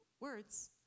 words